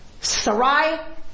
Sarai